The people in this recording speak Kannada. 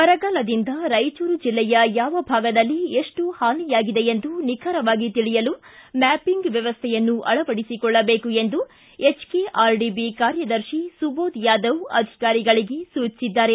ಬರಗಾಲದಿಂದ ರಾಯಚೂರು ಜೆಲ್ಲೆಯ ಯಾವ ಭಾಗದಲ್ಲಿ ಎಷ್ಟು ಹಾನಿಯಾಗಿದೆ ಎಂದು ನಿಖರವಾಗಿ ತಿಳಿಯಲು ಮ್ಯಾಪಿಂಗ್ ವ್ಯವಸ್ಥೆಯನ್ನು ಅಳವಡಿಸಿಕೊಳ್ಳಬೇಕು ಎಂದು ಎಚ್ಕೆಆರ್ಡಿಬಿ ಕಾರ್ಯದರ್ಶಿ ಸುಬೋದ್ ಯಾದವ್ ಅಧಿಕಾರಿಗಳಿಗೆ ಸೂಚಿಸಿದ್ದಾರೆ